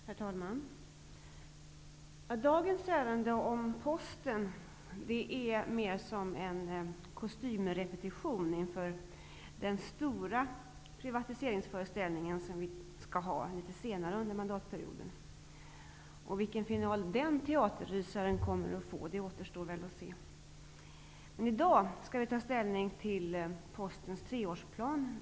Herr talman! Dagens ärende om postväsendet är mer som en kostymrepetition inför den stora privatiseringsföreställning som vi skall ha litet senare under mandatperioden. Vilken final den teaterrysaren kommer att få återstår att se. I dag skall vi ta ställning till Postverkets treårsplan.